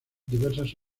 diversas